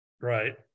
Right